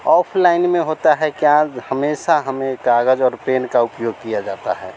offline में होता है क्या हमेशा हमें काग़ज़ और पेन का उपयोग किया जाता है